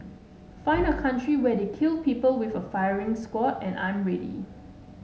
find a country where they kill people with a firing squad and I'm ready